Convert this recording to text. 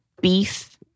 beef